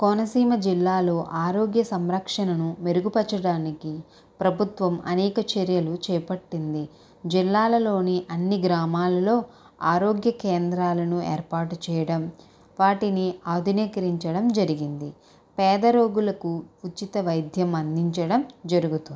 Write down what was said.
కోనసీమ జిల్లాలో ఆరోగ్యసంరక్షణను మెరుగుపరచడానికి ప్రభుత్వం అనేక చర్యలు చేపట్టింది జిల్లాలలోని అన్ని గ్రామాలలో ఆరోగ్యకేంద్రాలను ఏర్పాటు చేయడం వాటిని ఆధునికరించడం జరిగింది పేద రోగులకు ఉచిత వైద్యం అందించడం జరుగుతోంది